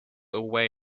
away